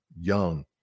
young